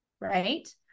right